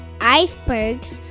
icebergs